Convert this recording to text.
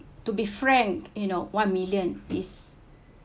to be frank you know one million is